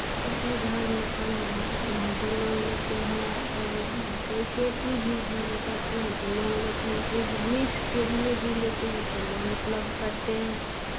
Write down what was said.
या कहीं घर मकान भी बनाते हैं तो लोन लेते हैं और कहीं खेती भी करते हैं तो लोन लेते हैं कोई बिज़नेस के लिए भी लेते हैं तो लोन उपलब्ध करते हैं